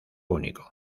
único